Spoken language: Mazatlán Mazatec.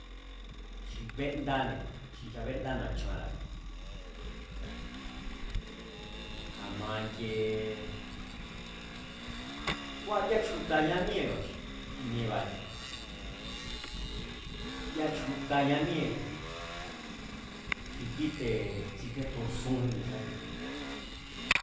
Xi béndáne̱ xi nchabéndá na̱chanra̱ne̱. Ja̱ma ikiee ngua ya chju̱ta̱ míée̱ba̱x, mi̱e̱ba̱ne̱, ya chju̱ta̱ña míée̱ xi kíte̱ tsikétjusúnjín ne̱sákuine̱.